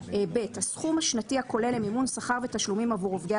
"(ב)(1)הסכום השנתי הכולל למימון שכר ותשלומים עבור עובדי